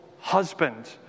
husband